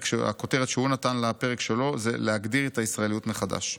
הכותרת שהוא נתן לפרק שלו היא "להגדיר את הישראליות מחדש".